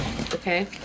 Okay